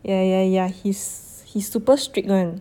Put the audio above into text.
yeah yeah yeah he's he's super strict [one]